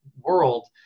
world